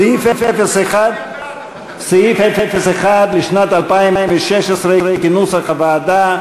סעיף 01 לשנת 2016 כנוסח הוועדה,